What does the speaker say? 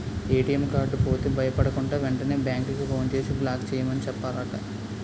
ATM card పోతే భయపడకుండా, వెంటనే బేంకుకి ఫోన్ చేసి బ్లాక్ చేయమని చెప్పాలట